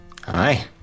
Hi